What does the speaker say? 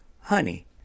Honey